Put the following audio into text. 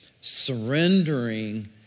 Surrendering